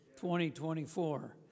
2024